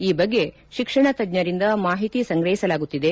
ಈ ಬಗ್ಗೆ ಶಿಕ್ಷಣ ತಜ್ಞರಿಂದ ಮಾಹಿತಿ ಸಂಗ್ರಹಿಸಲಾಗುತ್ತಿದೆ